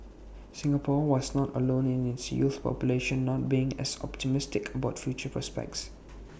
Singapore was not alone in its youth population not being as optimistic about future prospects